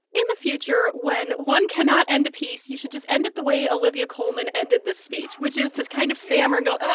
in the future, when one cannot end a piece, you should just end it the way olivia colman ended the speech, which is just kind of stammer and go. ah